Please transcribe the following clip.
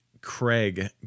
Craig